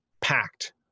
packed